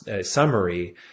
summary